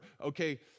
okay